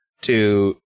to-